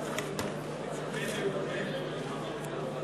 תוצאות ההצבעה על